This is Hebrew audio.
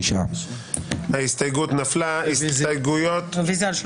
הצבעה בעד, 6 נגד, 9 נמנעים, אין לא